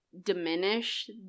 diminish